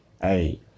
hey